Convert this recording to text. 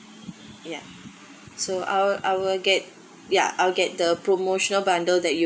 ya so I'll I'll get yeah I'll get the promotional bundle that you